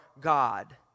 God